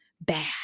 bad